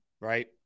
Right